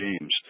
James